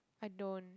I don't